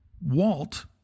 Walt